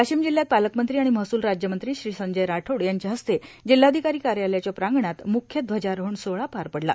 वाशिम जिल्ह्यात पालकमंत्री आणि महसूल राज्यमंत्री श्री संजय राठोड यांच्या हस्ते जिल्हाधिकारी कार्यालयाच्या प्रांगणात मुख्य ध्वजारोहण सोहळा पार पडला